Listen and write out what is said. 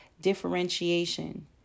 differentiation